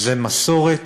זה מסורת,